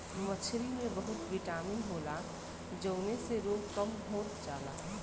मछरी में बहुत बिटामिन होला जउने से रोग कम होत जाला